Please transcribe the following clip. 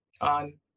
on